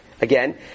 again